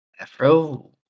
Afro